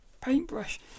paintbrush